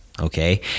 okay